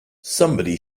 somebody